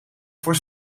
voor